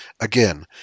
Again